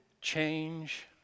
change